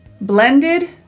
Blended